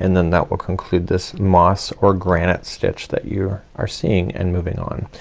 and then that will conclude this moss or granite stitch that you are seeing and moving on.